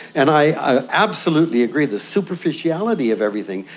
and i absolutely agree, the superficiality of everything,